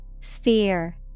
Sphere